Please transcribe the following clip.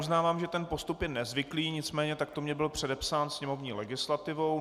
Uznávám, že ten postup je nezvyklý, nicméně takto mně byl předepsán sněmovní legislativou.